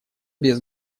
без